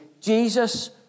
Jesus